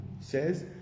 says